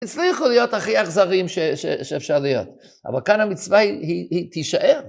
הצליחו להיות הכי אכזריים שאפשר להיות. אבל כאן המצווה היא תישאר.